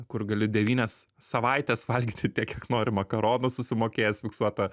kur gali devynias savaites valgyti tiek kiek nori makaronus susimokėjęs fiksuotą